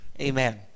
Amen